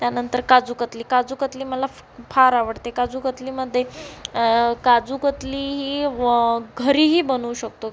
त्यानंतर काजूकतली काजूकतली मला फ फार आवडते काजूकतलीमध्ये काजूकतली ही घरीही बनू शकतो